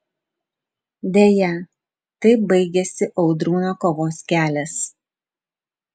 deja taip baigėsi audrūno kovos kelias